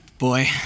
Boy